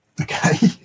Okay